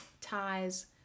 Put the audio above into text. ties